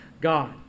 God